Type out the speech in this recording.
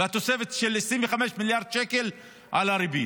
והתוספת של 25 מיליארד שקל על הריבית.